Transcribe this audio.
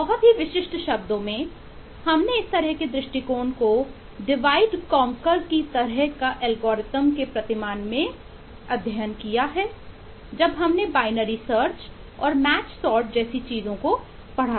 बहुत ही विशिष्ट शब्दों में हमने इस तरह के दृष्टिकोण का डिवाइड कौनकर जैसी चीजों को पढ़ा